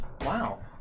Wow